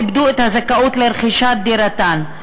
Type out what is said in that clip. איבדו את הזכאות לרכישת דירתן,